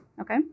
Okay